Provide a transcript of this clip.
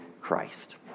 Christ